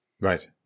Right